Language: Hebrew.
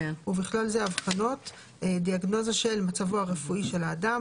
ובכלל זה את האבחנות (הדיאגנוזה) של מצבו הרפואי של האדם,